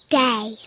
day